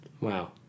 Wow